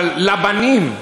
אבל לבנים,